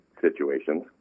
situations